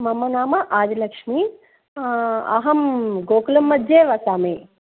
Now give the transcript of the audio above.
मम नाम आदिलक्ष्मी अहं गोकुलं मध्ये वसामि